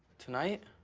tonight?